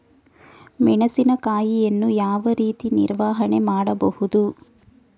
ಮೆಣಸಿನಕಾಯಿಯನ್ನು ಯಾವ ರೀತಿ ನಿರ್ವಹಣೆ ಮಾಡಬಹುದು?